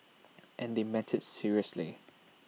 and they meant IT seriously